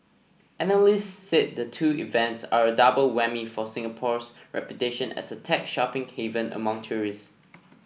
analysts said the two events are a double whammy for Singapore's reputation as a tech shopping haven among tourists